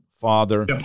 father